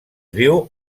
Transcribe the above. viu